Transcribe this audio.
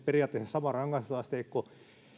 periaatteessa sama rangaistusasteikko